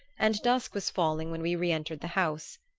and dusk was falling when we re-entered the house.